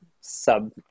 sub